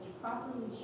properly